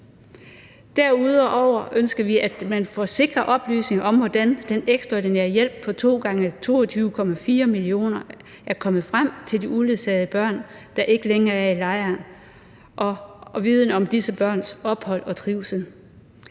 Derudover ønsker vi, at man får sikre oplysninger om, hvordan den ekstraordinære hjælp på to gange 22,4 mio. kr. er kommet frem til de uledsagede børn, der ikke længere er i lejren, og viden om disse børns ophold og trivsel.